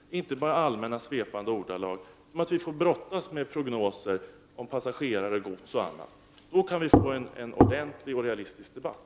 Det räcker inte med allmänna svepande ordalag om att vi får brottas med prognoser om passagerare, gods och annat. Det gäller ju att få en ordentlig och realistisk debatt.